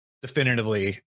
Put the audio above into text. Definitively